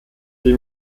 die